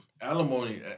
alimony